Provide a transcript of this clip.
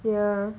ya